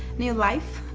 new life